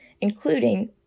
including